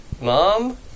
mom